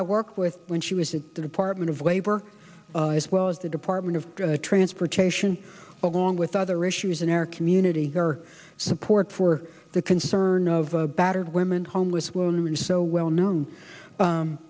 i work with when she was at the department of labor as well as the department of transportation along with other issues an era community for support for the concern of a battered women home with wounds so well known